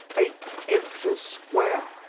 eight inches square